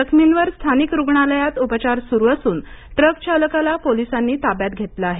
जखमींवर स्थानिक रूग्णालयात उपचार सुरू असून ट्रक चालकाला पोलिसांनी ताब्यात घेतलं आहे